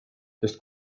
sest